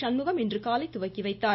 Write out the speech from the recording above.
சண்முகம் இன்று காலை துவக்கி வைத்தார்